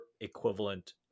equivalent